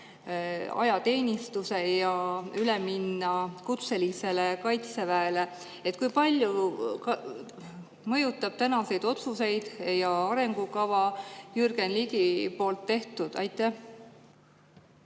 ajateenistuse ja üle minna kutselisele kaitseväele? Kui palju mõjutab tänaseid otsuseid ja arengukava Jürgen Ligi poolt tehtu? Hea